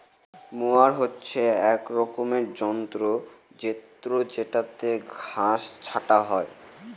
mower হচ্ছে এক রকমের যন্ত্র জেত্রযেটাতে ঘাস ছাটা হয়